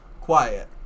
quiet